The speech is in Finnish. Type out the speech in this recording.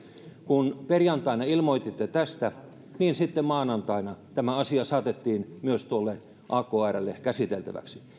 kun perjantaina ilmoititte tästä niin sitten maanantaina tämä asia saatettiin myös akrlle käsiteltäväksi